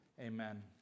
Amen